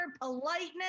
politeness